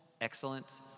Excellent